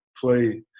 play